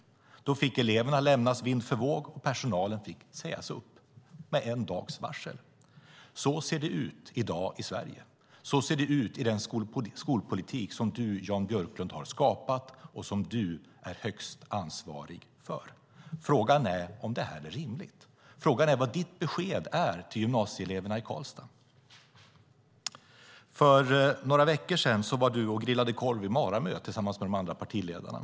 Då fick eleverna lämnas vind för våg, och personalen fick sägas upp med en dags varsel. Så ser det ut i dag i Sverige. Så ser det ut i den skolpolitik som du, Jan Björklund, har skapat och som du är högst ansvarig för. Frågan är om detta är rimligt. Frågan är vad ditt besked är till gymnasieeleverna i Karlstad. För några veckor sedan var du och grillade korv i Maramö tillsammans med de andra partiledarna.